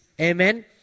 Amen